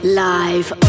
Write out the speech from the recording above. live